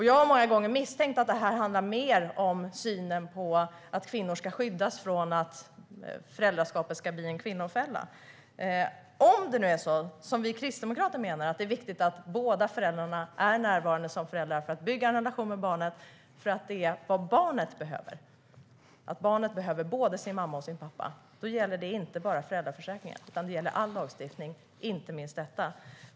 Jag har många gånger misstänkt att det här handlar mer om synen på att kvinnor ska skyddas från att föräldraskapet ska bli en kvinnofälla. Vi kristdemokrater menar att det viktigt att båda föräldrarna är närvarande för att bygga en relation till barnet för att det är vad barnet behöver. Barnet behöver både sin mamma och sin pappa. Det gäller inte bara föräldraförsäkringen utan det gäller all lagstiftning, inte minst denna.